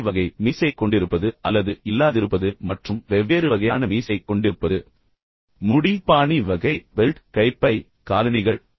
மீசை வகை மீசை கொண்டிருப்பது அல்லது இல்லாதிருப்பது மற்றும் வெவ்வேறு வகையான மீசை கொண்டிருப்பது முடி பாணி வகை பெல்ட் கைப்பை காலணிகள்